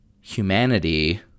humanity